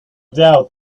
doubt